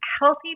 healthy